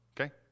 okay